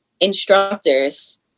instructors